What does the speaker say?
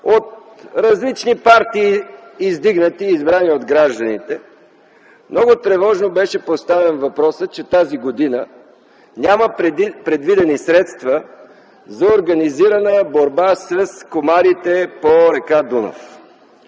от различни партии, издигнати и избрани от гражданите, много тревожно беше поставен въпросът, че тази година няма предвидени средства за организирана борба с комарите по р. Дунав.